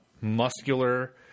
muscular